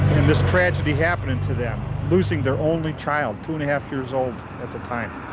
and this tragedy happening to them, losing their only child, two and a half years old at the time.